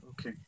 Okay